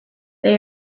they